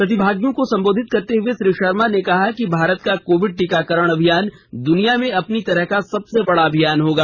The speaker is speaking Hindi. प्रतिभागियों को संबोधित करते हुए श्री शर्मा ने कहा कि भारत का कोविड टीकाकरण अभियान दुनिया में अपनी तरह का सबसे बडा अभियान होगा